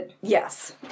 Yes